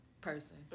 person